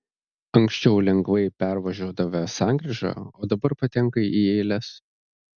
anksčiau lengvai pervažiuodavę sankryžą o dabar patenka į eiles